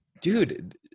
Dude